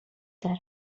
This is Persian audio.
دارم